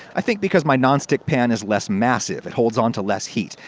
i think because my nonstick pan is less massive it holds on to less heat.